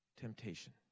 Temptation